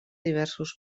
diversos